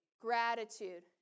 Gratitude